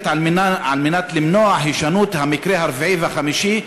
כדי למנוע הישנות המקרה הרביעי והחמישי?